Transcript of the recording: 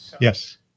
Yes